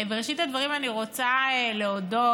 בראשית הדברים אני רוצה להודות